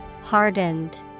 Hardened